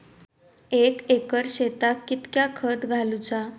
एक एकर शेताक कीतक्या खत घालूचा?